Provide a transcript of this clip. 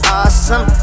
awesome